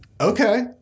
Okay